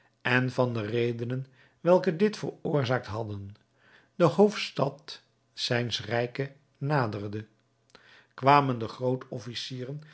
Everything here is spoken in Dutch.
en van de redenen welke dit veroorzaakt hadden de hoofdstad zijns rijke naderde kwamen de